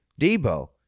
Debo